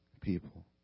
people